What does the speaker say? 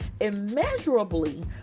immeasurably